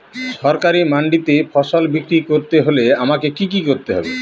সরকারি মান্ডিতে ফসল বিক্রি করতে হলে আমাকে কি কি করতে হবে?